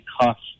cost